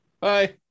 Bye